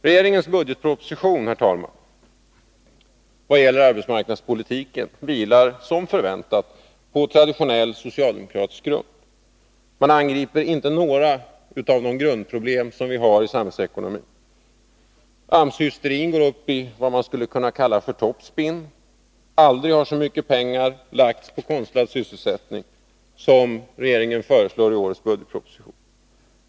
Regeringens budgetproposition, herr talman, vad gäller arbetsmarknadspolitiken vilar, som väntat, på traditionell socialdemokratisk grund. Man angriper inte några av de grundproblem som vi har i samhällsekonomin. AMS-hysterin går upp i vad man skulle kunna kalla för toppspinn. Aldrig har så mycket pengar lagts på konstlad sysselsättning som regeringen föreslår i årets budgetproposition.